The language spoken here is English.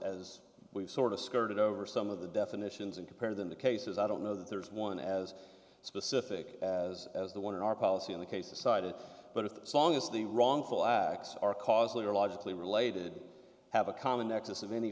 as we've sort of skirted over some of the definitions and compare them to cases i don't know that there is one as specific as as the one in our policy in the cases cited but if the song is the wrongful acts are causally or logically related have a common nexus of any